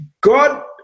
God